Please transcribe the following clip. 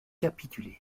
capituler